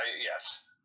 yes